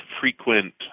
frequent